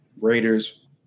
Raiders